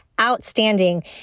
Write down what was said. Outstanding